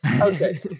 Okay